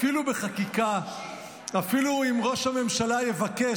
אפילו בחקיקה ------- אפילו אם ראש הממשלה יבקש,